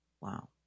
Wow